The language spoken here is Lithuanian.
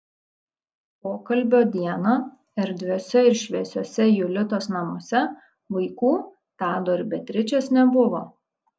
pokalbio dieną erdviuose ir šviesiuose julitos namuose vaikų tado ir beatričės nebuvo